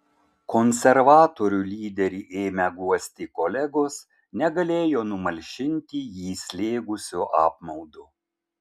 konservatorių lyderį ėmę guosti kolegos negalėjo numalšinti jį slėgusio apmaudo